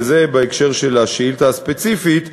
וזה בהקשר של השאילתה הספציפית,